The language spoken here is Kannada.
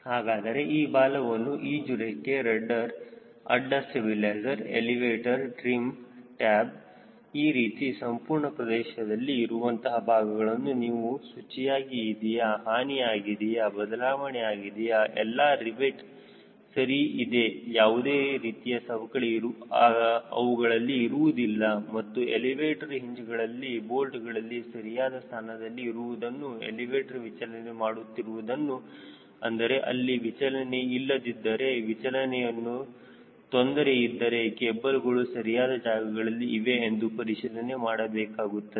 ಹಾಗಾದರೆ ಈ ಬಾಲವನ್ನುಈಜು ರೆಕ್ಕೆ ರಡ್ಡರ್ಅಡ್ಡ ಸ್ಟಬಿಲೈಜರ್ ಎಲಿವೇಟರ್ ಟ್ರಿಮ್ ಟ್ಯಾಬ್ ಈ ರೀತಿ ಸಂಪೂರ್ಣ ಪ್ರದೇಶದಲ್ಲಿ ಇರುವಂತಹ ಭಾಗಗಳನ್ನು ನೀವು ಸೂಚಿಯಾಗಿ ಇದೆಯಾ ಹಾನಿ ಆಗಿದೆಯಾ ಬದಲಾವಣೆ ಆಗಿದೆಯಾ ಎಲ್ಲಾ ರಿವೆಟ್ ಗಳು ಸರಿ ಇದೆ ಯಾವುದೇ ರೀತಿಯ ಸವಕಳಿ ಅವುಗಳಲ್ಲಿ ಇರುವುದಿಲ್ಲ ಮತ್ತು ಎಲಿವೇಟರ್ ಹಿಂಜ್ ಗಳಲ್ಲಿ ಬೋಲ್ಟ್ಗಳು ಸರಿಯಾದ ಸ್ಥಾನದಲ್ಲಿ ಇರುವುದನ್ನು ಎಲಿವೇಟರ್ ವಿಚಲನೆ ಮಾಡುತ್ತಿರುವುದನ್ನು ಅಂದರೆ ಅಲ್ಲಿ ವಿಚಲನೆ ಇಲ್ಲದಿದ್ದರೆ ವಿಚಲನೆಯಲ್ಲಿ ತೊಂದರೆ ಇದ್ದರೆ ಕೇಬಲ್ ಗಳು ಸರಿಯಾದ ಜಾಗದಲ್ಲಿ ಇವೆ ಎಂದು ಪರಿಶೀಲನೆ ಮಾಡಬೇಕಾಗಿದೆ